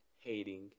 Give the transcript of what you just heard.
hating